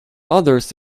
others